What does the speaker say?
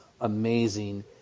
amazing